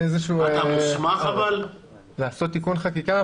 לא באנו לכאן לעשות תיקון חקיקה.